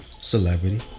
celebrity